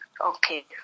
Okay